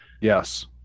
Yes